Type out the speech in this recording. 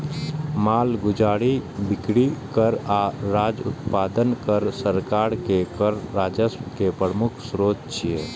मालगुजारी, बिक्री कर आ राज्य उत्पादन कर सरकार के कर राजस्व के प्रमुख स्रोत छियै